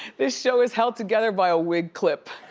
this show is held together by a wig clip.